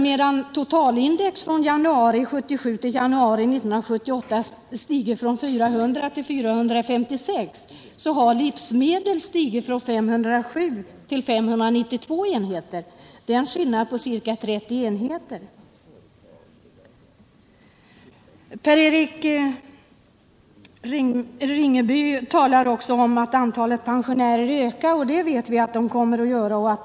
Medan totalindex från januari 1977 till januari 1978 stigit från 400 till 456 har index för livsmedel stigit från 507 till 592 enheter. Det är en skillnad på nästan 30 enheter. Per-Eric Ringaby talar också om att antalet pensionärer ökar, och vi vet att så också är fallet.